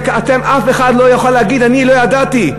אף אחד לא יכול להגיד: אני לא ידעתי.